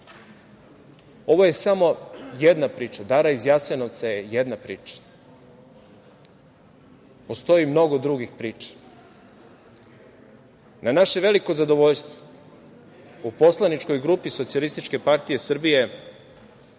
Ovo je samo jedna priča. "Dara iz Jasenovca" je jedna priča. Postoji mnogo drugih priča. Na naše veliko zadovoljstvo u poslaničkoj grupi SPS je takođe